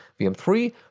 VM3